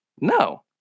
no